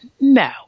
No